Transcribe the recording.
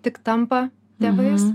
tik tampa tėvais